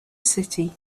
city